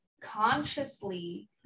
consciously